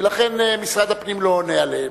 ולכן משרד הפנים לא עונה לגביהם.